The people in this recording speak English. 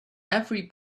every